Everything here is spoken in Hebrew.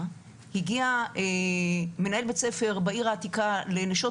הגיע מנהל בית ספר בעיר העתיקה ל"נשות